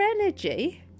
energy